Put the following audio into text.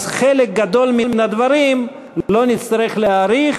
חלק גדול מן הדברים לא נצטרך להאריך,